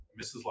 Mrs